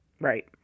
Right